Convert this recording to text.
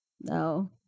No